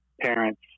parents